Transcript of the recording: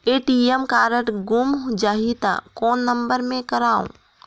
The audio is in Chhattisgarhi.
ए.टी.एम कारड गुम जाही त कौन नम्बर मे करव?